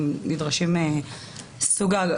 שנים --- זה נכון.